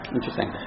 Interesting